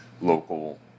local